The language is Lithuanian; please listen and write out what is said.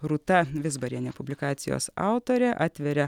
rūta vizbarienė publikacijos autorė atveria